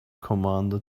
commander